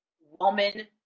woman